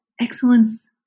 excellence